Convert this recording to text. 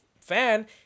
fan